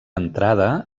entrada